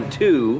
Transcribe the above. two